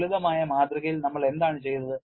ലളിതമായ മാതൃകയിൽ നമ്മൾ എന്താണ് ചെയ്തത്